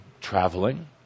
traveling